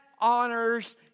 honors